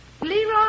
Leroy